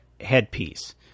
headpiece